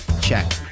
check